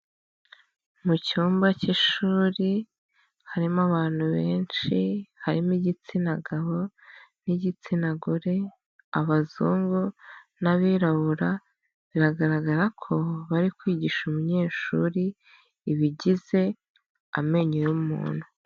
Mu cyumba cy'ishuri harimo abantu benshi, harimo igitsina gabo n'igitsina gore, abazungu n'abirabura biragaragara ko bari kwigisha umunyeshuri ibigize amenyo y'umuntu.